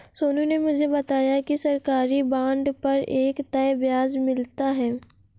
सोनू ने मुझे बताया कि सरकारी बॉन्ड पर एक तय ब्याज मिलता है